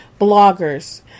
bloggers